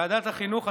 בוועדת החינוך,